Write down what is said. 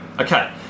okay